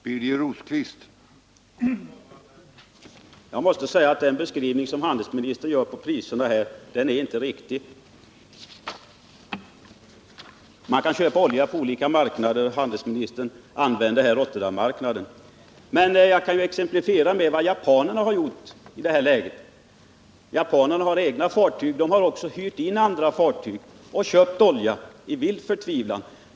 Herr talman! Jag måste säga att den beskrivning av priserna som handelsministern gör inte är riktig. Man kan köpa olja på olika marknader, och handelsministern använde här Rotterdammarknadens högsta priser. Jag skulle emellertid vilja exemplifiera med vad japanerna har gjort i det här läget. De har egna fartyg, men de har också hyrt in andra fartyg och köpt olja, i vild förtvivlan.